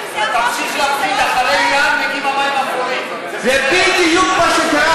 בשביל --- בדיוק בשביל